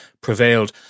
prevailed